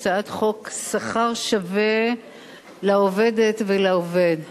הצעת חוק שכר שווה לעובדת ולעובד (תיקון,